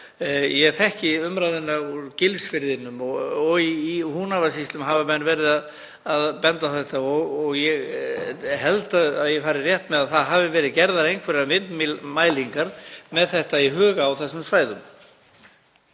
ég þekki umræðuna úr Gilsfirði, og í Húnavatnssýslum hafa menn verið að benda á þetta. Ég held að ég fari rétt með að það hafi verið gerðar einhverjar vindmyllumælingar með þetta í huga á þessum svæðum.